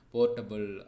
Portable